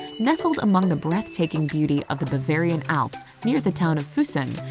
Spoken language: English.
nestled among the breathtaking beauty of the bavarian alps near the town of fussen,